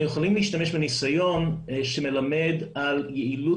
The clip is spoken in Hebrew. אנחנו יכולים להשתמש בניסיון שמלמד על יעילות